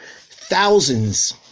Thousands